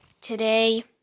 Today